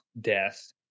death